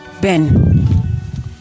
Ben